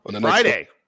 Friday